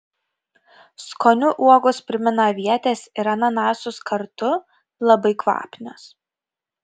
skoniu uogos primena avietes ir ananasus kartu labai kvapnios